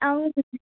ਆਊਂ